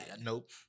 Nope